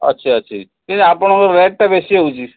ଅଛି ଅଛି କିନ୍ତୁ ଆପଣଙ୍କ ଟା ବେଶୀ ହେଉଛି